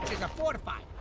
forty five